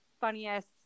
funniest